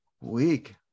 week